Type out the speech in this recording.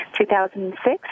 2006